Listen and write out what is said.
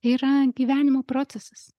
yra gyvenimo procesas